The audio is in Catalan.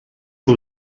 que